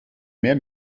mehr